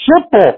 simple